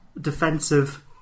defensive